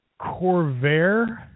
Corvair